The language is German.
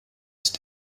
ist